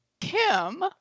Kim